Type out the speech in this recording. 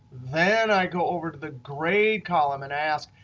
then i go over to the grade column and ask,